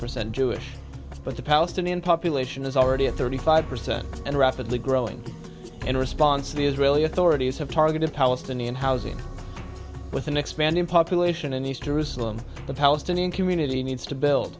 percent jewish but the palestinian population is already at thirty five percent and rapidly growing in response the israeli authorities have targeted palestinian housing with an expanding population in east jerusalem the palestinian community needs to build